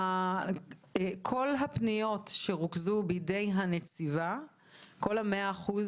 כל הפניות שרוכזו בידי הנציבות - כל ה-100 אחוז,